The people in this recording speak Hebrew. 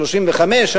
35?